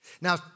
Now